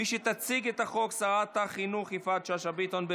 מי שתציג את החוק, שרת החינוך יפעת שאשא ביטון.